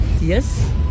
Yes